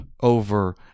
over